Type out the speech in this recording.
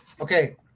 okay